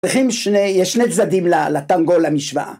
צריכים שני, יש שני צדדים לטנגו למשוואה